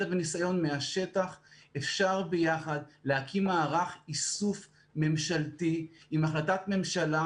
וניסיון מהשטח אפשר ביחד להקים מערך איסוף ממשלתי עם החלטת ממשלה,